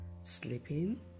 sleeping